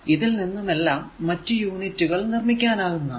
ഇതിൽ നിന്നുമെല്ലാം മറ്റു യൂണിറ്റുകൾ നിര്മിക്കാനാകുന്നതാണ്